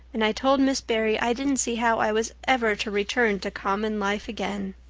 and i told miss barry i didn't see how i was ever to return to common life again.